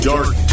dark